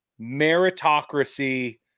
meritocracy